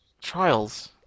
trials